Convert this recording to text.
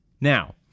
Now